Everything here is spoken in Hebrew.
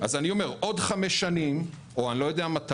אז אני אומר: עוד חמש שנים, או אני לא יודע מתי